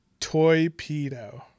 Toypedo